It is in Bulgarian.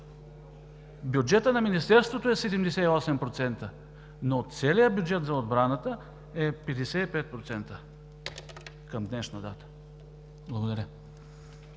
бюджета на Министерството са 78%, но целият бюджет за отбраната е 55% към днешна дата. Благодаря.